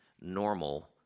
normal